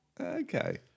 Okay